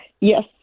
Yes